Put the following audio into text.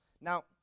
Now